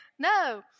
No